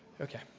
Okay